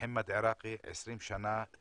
מוחמד עיראקי, בן 20 מטירה,